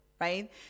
right